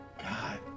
God